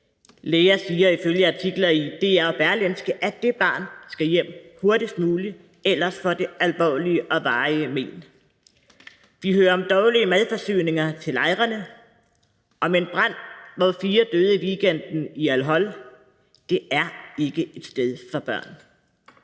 Læger siger ifølge artikler på dr.dk og i Berlingske, at det barn skal hjem hurtigst muligt, for ellers får det alvorlige og varige men. Vi hører om dårlige madforsyninger til lejrene og om en brand i al-Hol-lejren i weekenden, hvor fire døde. Det er ikke et sted for børn.